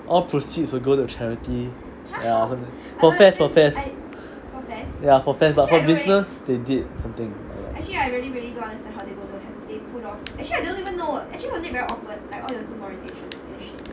all proceeds will go to charity ya something for fares for fares ya for fares but for business they did something